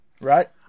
Right